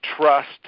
trust